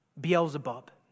Beelzebub